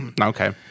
Okay